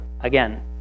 again